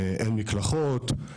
אין מקלחות,